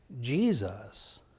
Jesus